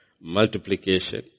multiplication